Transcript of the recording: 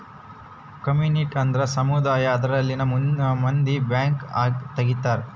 community ಅಂದ್ರ ಸಮುದಾಯ ಅದರಲ್ಲಿನ ಮಂದಿ ಬ್ಯಾಂಕ್ ತಗಿತಾರೆ